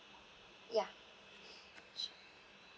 ya sure